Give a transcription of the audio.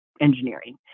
engineering